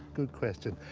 good question.